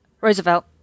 Roosevelt